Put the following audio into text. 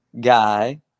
guy